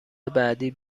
بعدی